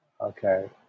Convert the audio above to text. Okay